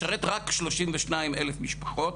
משרת רק 32 אלף משפחות,